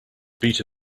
beta